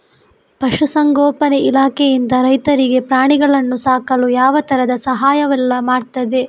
ಪಶುಸಂಗೋಪನೆ ಇಲಾಖೆಯಿಂದ ರೈತರಿಗೆ ಪ್ರಾಣಿಗಳನ್ನು ಸಾಕಲು ಯಾವ ತರದ ಸಹಾಯವೆಲ್ಲ ಮಾಡ್ತದೆ?